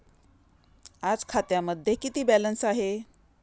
आज खात्यामध्ये किती बॅलन्स आहे?